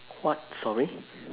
what sorry